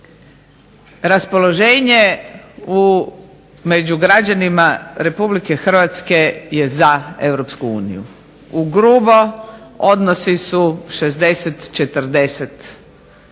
raspoloženje među građanima Republike Hrvatske je za Europsku uniju, ugrubo odnosi su 60:40